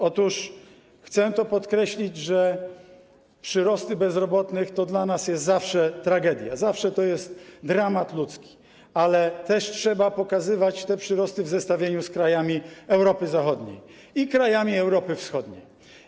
Otóż chcę to podkreślić, że przyrosty bezrobotnych to dla nas jest zawsze tragedia, zawsze to jest dramat ludzki, ale też trzeba pokazywać te przyrosty w zestawieniu z krajami Europy Zachodniej i krajami Europy Wschodniej.